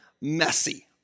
messy